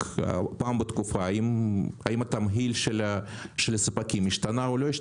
פעם בתקופה האם התמהיל של הספקים השתנה או לא,